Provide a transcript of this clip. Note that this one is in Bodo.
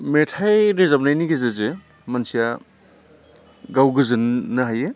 मेथाइ रोजाबनायनि गेजेरजों मानसिया गाव गोजोननो हायो